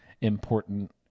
Important